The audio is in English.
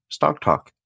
STOCKTALK